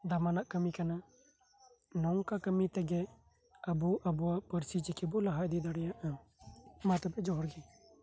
ᱫᱟᱢᱟᱱᱟᱜ ᱠᱟᱹᱢᱤ ᱟᱱᱟ ᱱᱚᱝᱠᱟ ᱠᱟᱹᱢᱤ ᱛᱮᱜᱮ ᱟᱵᱚ ᱟᱵᱚᱣᱟᱜ ᱯᱟᱹᱨᱥᱤ ᱪᱤᱠᱤ ᱵᱚ ᱞᱟᱦᱟ ᱤᱫᱤ ᱫᱟᱲᱮᱭᱟᱜᱼᱟ ᱢᱟ ᱛᱚᱵᱮ ᱡᱚᱦᱟᱨ ᱜᱤ